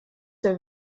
der